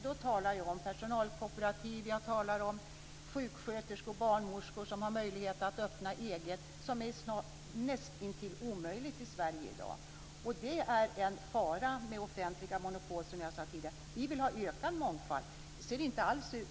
Jag talar då om personalkooperativ; jag talar om sjuksköterskor och barnmorskor som har möjlighet att öppna eget, vilket är näst intill omöjligt i Sverige i dag. Det är en fara med offentliga monopol, som jag sade tidigare. Vi vill ha ökad mångfald.